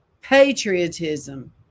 Patriotism